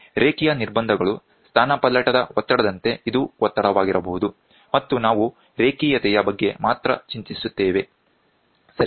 ರೇಖೀಯ ನಿರ್ಬಂಧಗಳು ಸ್ಥಾನಪಲ್ಲಟದ ಒತ್ತಡದಂತೆ ಇದು ಒತ್ತಡವಾಗಿರಬಹುದು ಮತ್ತು ನಾವು ರೇಖೀಯತೆಯ ಬಗ್ಗೆ ಮಾತ್ರ ಚಿಂತಿಸುತ್ತೇವೆ ಸರಿನಾ